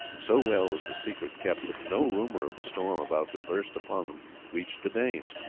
so well was the secret kept that no rumour of the storm about to burst upon them reached the danes.